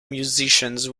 musicians